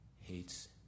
hates